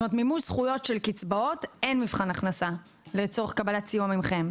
מימוש זכויות של קצבאות אין מבחן הכנסה לצורך קבלת סיוע מכם,